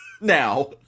Now